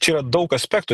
čia yra daug aspektų